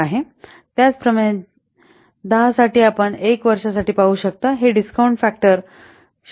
त्याचप्रमाणे 10 साठी आपण वर्ष 1 वर्षासाठी पाहू शकता हे डिस्काउंट फॅक्टर 0